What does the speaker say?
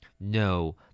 No